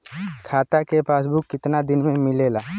खाता के पासबुक कितना दिन में मिलेला?